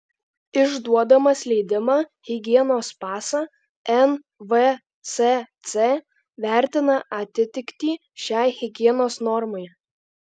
išduodamas leidimą higienos pasą nvsc vertina atitiktį šiai higienos normai